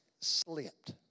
slipped